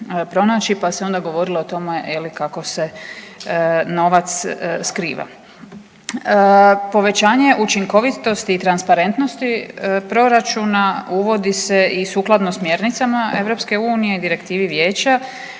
pa se onda govorilo o tome je li kako se novac skriva. Povećanje učinkovitosti i transparentnosti proračuna uvodi se i sukladno smjernicama EU i Direktivi Vijeća,